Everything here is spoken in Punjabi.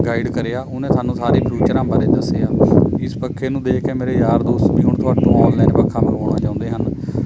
ਗਾਈਡ ਕਰਿਆ ਉਹਨੇ ਸਾਨੂੰ ਸਾਰੇ ਫਿਰੂਚਰਾਂ ਬਾਰੇ ਦੱਸਿਆ ਇਸ ਪੱਖੇ ਨੂੰ ਦੇਖ ਕੇ ਮੇਰੇ ਯਾਰ ਦੋਸਤ ਵੀ ਹੁਣ ਥੋਤੋ ਔਨਲਾਈਨ ਪੱਖਾ ਮੰਗਵਾਉਣਾ ਚਾਹੁੰਦੇ ਹਨ